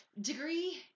degree